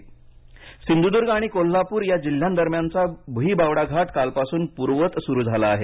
भुईबावडा घाट सिंधूदूर्ग आणि कोल्हापूर या जिल्ह्यांदरम्यानचा भूईबावडा घाट कालपासून पूर्ववत सुरू झाला आहे